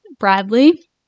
bradley